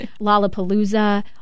Lollapalooza